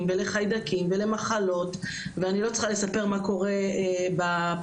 ולחיידקים ולמחלות ואני לא צריכה לספר מה קורה בפנימיות.